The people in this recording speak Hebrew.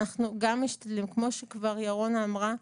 כמו שכבר ירונה אמרה,